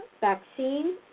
vaccine